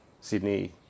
Sydney